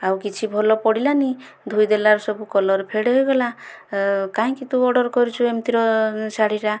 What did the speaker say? ଆଉ କିଛି ଭଲ ପଡ଼ିଲାନି ଧୋଇ ଦେଲାରୁ ସବୁ କଲର ଫେଡ଼ ହୋଇଗଲା କାହିଁକି ତୁ ଅର୍ଡର କରିଛୁ ଏମିତିର ଶାଢ଼ୀଟା